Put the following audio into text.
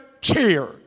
cheer